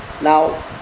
now